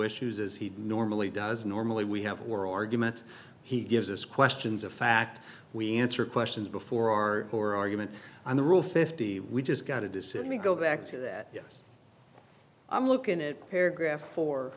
issues as he normally does normally we have a whorl argument he gives us questions of fact we answer questions before our core argument on the rule fifty we just got a decision to go back to that yes i'm looking at paragraph four